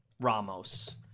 Ramos